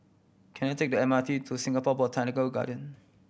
can I take the M R T to Singapore Botanic Garden